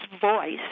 voice